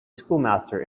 schoolmaster